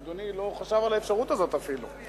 אדוני לא חשב על האפשרות הזאת אפילו.